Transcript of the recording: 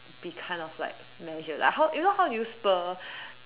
be kind of like measured like how if not how you do you spur